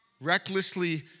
Recklessly